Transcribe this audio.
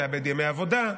הוא מאבד ימי עבודה,